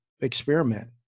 experiment